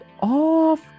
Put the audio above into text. off